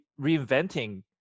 reinventing